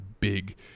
big